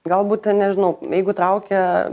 galbūt ten nežinau jeigu traukia